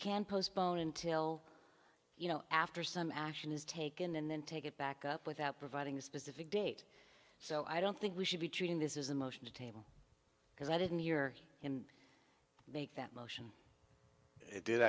can postpone until you know after some action is taken and then take it back up without providing a specific date so i don't think we should be treating this is a motion to table because i didn't hear him make that motion it did